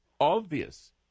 obvious